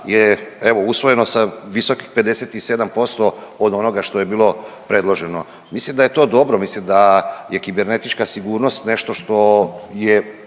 evo usvojeno sa visokih 57% od onoga što je bilo predloženo. Mislim da je to dobro, mislim da je kibernetička sigurnost nešto što je